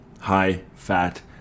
high-fat